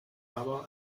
aber